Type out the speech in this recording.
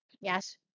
Yes